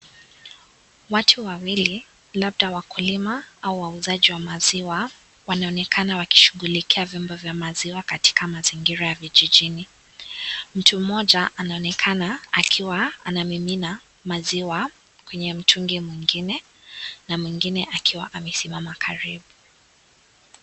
Watu wawili, labda wakulima au wauzaji wa maziwa , wanaonekana wakishughulikia vyombo vya maziwa katika mazingira ya vijijini. Mtu mmoja anaonekana akiwa anamimina maziwa kwenye mtungi mwingine na mwingine akiwa amesimama karibu.